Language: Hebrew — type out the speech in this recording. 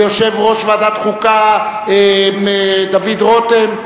ליושב-ראש ועדת החוקה דוד רותם,